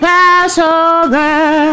Passover